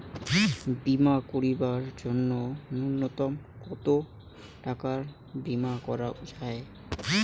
বীমা করিবার জন্য নূন্যতম কতো টাকার বীমা করা যায়?